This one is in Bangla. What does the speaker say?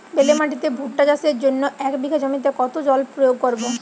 বেলে মাটিতে ভুট্টা চাষের জন্য এক বিঘা জমিতে কতো জল প্রয়োগ করব?